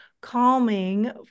calming